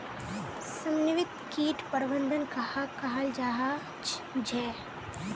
समन्वित किट प्रबंधन कहाक कहाल जाहा झे?